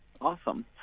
Awesome